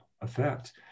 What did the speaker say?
effect